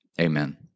Amen